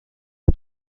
das